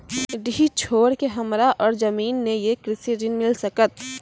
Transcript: डीह छोर के हमरा और जमीन ने ये कृषि ऋण मिल सकत?